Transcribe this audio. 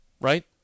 Right